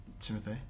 Timothy